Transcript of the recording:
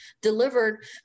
delivered